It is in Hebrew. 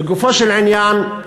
לגופו של עניין,